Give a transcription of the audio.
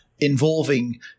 involving